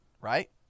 right